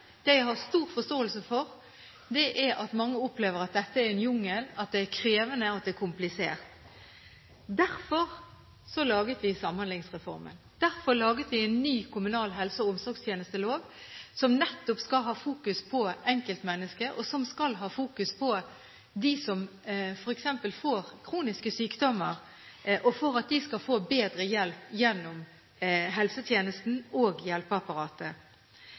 det jeg har stor forståelse for, er at mange opplever at dette er en jungel – at det er krevende og komplisert. Derfor laget vi Samhandlingsreformen. Derfor laget vi en ny kommunal helse- og omsorgstjenestelov som nettopp skal ha fokus på enkeltmennesket, og som skal ha fokus på dem som f.eks. får kroniske sykdommer, slik at de skal få bedre hjelp gjennom helsetjenesten og hjelpeapparatet.